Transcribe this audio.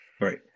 Right